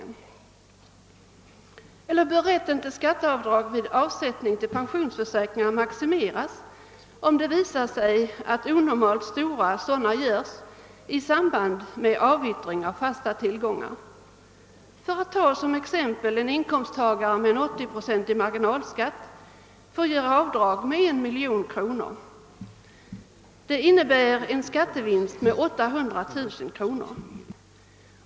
Eventuellt bör rätten till skatteavdrag vid avsättning till pensionsförsäkringar maximeras, om det visar sig att onormalt stora sådana avdrag görs i samband med avyttring av fasta tillgångar. För att ta ett exempel får en inkomsttagare med 80 procents marginalskatt göra avdrag med 1 miljon kronor. Det innebär en skattevinst på 800 009 kronor.